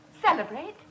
Celebrate